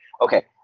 Okay